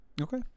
Okay